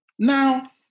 Now